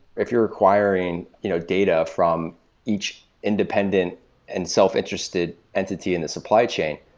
if you're acquiring you know data from each independent and self interested entity in the supply chain,